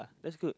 that's good